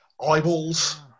eyeballs